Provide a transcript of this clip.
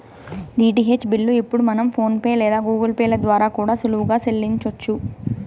DTH bill ఇప్పుడు మనం PhonePe లేదా గూగుల్ పే ల ద్వారా కూడా సులువుగా సెల్లించొచ్చు